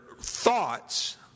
thoughts